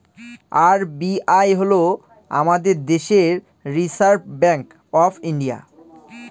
RBI হল আমাদের দেশের রিসার্ভ ব্যাঙ্ক অফ ইন্ডিয়া